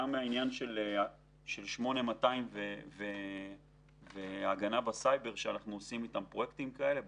גם העניין של 8200 והגנה בסייבר שאנחנו עושים איתם פרויקטים כאלה.